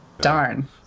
Darn